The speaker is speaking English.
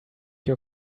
your